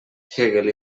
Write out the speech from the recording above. hegel